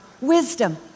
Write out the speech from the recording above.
wisdom